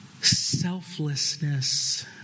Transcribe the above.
selflessness